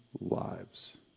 lives